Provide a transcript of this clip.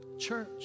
church